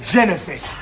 Genesis